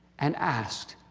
and asked,